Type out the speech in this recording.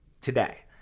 today